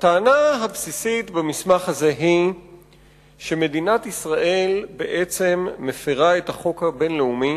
הטענה הבסיסית במסמך הזה היא שמדינת ישראל בעצם מפירה את החוק הבין-לאומי